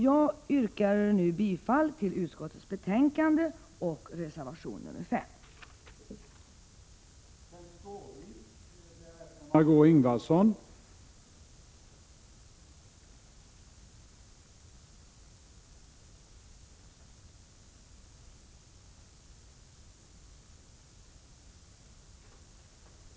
Jag yrkar bifall till reservation nr 5 och i övrigt till utskottets hemställan.